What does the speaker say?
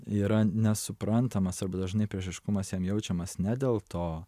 yra nesuprantamas arba dažnai priešiškumas jam jaučiamas ne dėl to